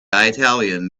italian